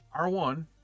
R1